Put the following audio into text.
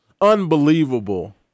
unbelievable